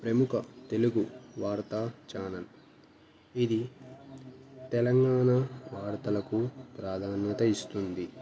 ప్రముఖ తెలుగు వార్తా ఛానల్ ఇది తెలంగాణ వార్తలకు ప్రాధాన్యత ఇస్తుంది